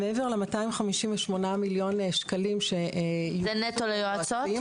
מעבר ל-258 מיליון שקלים --- זה נטו ליועצות?